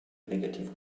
negative